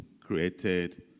created